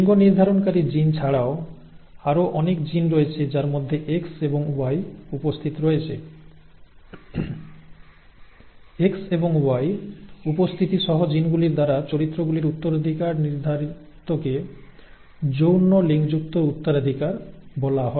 লিঙ্গ নির্ধারণকারী জিন ছাড়াও আরও অনেক জিন রয়েছে যার মধ্যে X এবং Y উপস্থিত রয়েছে X এবং Y উপস্থিতি সহ জিনগুলির দ্বারা চরিত্রগুলির উত্তরাধিকার নির্ধারিতকে যৌন লিঙ্কযুক্ত উত্তরাধিকার বলা হয়